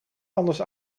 anders